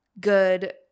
good